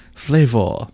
Flavor